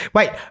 Wait